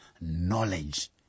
knowledge